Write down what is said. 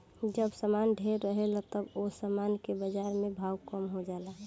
जब सामान ढेरे रहेला त ओह सामान के बाजार में भाव कम हो जाला